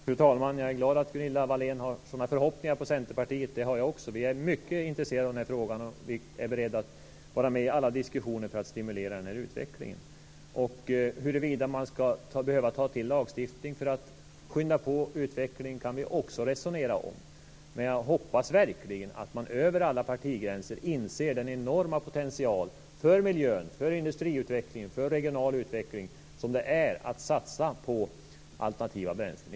Fru talman! Jag är glad att Gunilla Wahlén har sådana förhoppningar på Centerpartiet. Det har jag också. Vi är mycket intresserade av den här frågan och är beredda att vara med i alla diskussioner för att stimulera den här utvecklingen. Vi kan också resonera om huruvida man skall behöva ta till lagstiftning för att skynda på utvecklingen. Men jag hoppas verkligen att man över alla partigränser inser vilken enorm potential en satsning på alternativa bränslen innebär för miljön, för industriutvecklingen och för den regionala utvecklingen.